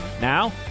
Now